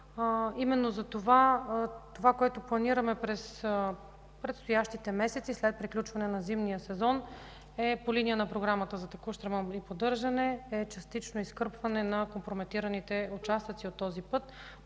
автомобили. Това, което планираме през предстоящите месеци след приключване на зимния сезон по линия на Програмата за текущ ремонт и поддържане, е частично изкърпване на компрометираните участъци от този път,